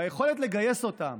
יש לו יכולת לגייס אותם,